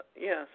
yes